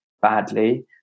badly